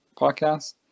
podcast